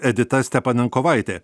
edita stepanenkovaitė